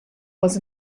was